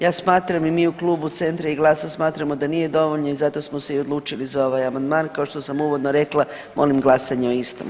Ja smatram i mi u klubu Centra i GLAS-a smatramo da nije dovoljno i zato smo se i odlučili za ovaj amandman kao što sam uvodno rekla molim glasanje o istom.